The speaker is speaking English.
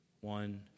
one